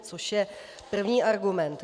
Což je první argument.